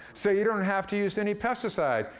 so you don't have to use any pesticides.